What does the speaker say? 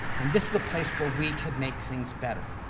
and this is a place where we could make things better.